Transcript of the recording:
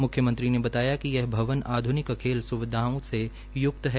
मुख्यमंत्री ने बताया कि यह भवन आधुनिक खेल सुविधाओं से युक्त है